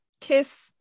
kiss